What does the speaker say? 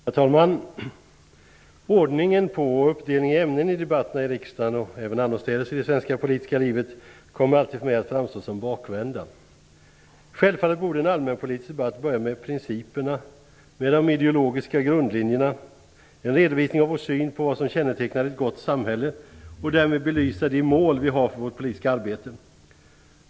Herr talman! Ordningen mellan de ämnen som debatterna delas upp i här i riksdagen och även annorstädes i det svenska politiska livet kommer alltid för mig att framstå som bakvänd. Självfallet borde en allmänpolitisk debatt börja med principerna, med de ideologiska grundlinjerna, en redovisning av vår syn på vad som betecknar ett gott samhälle och därmed belysa de mål vi har med vårt politiska arbete.